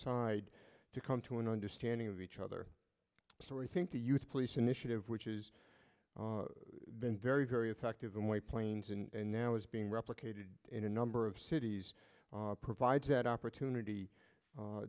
side to come to an understanding of each other so i think the youth police initiative which is very very effective in white plains and now is being replicated in a number of cities provides that opportunity